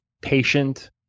patient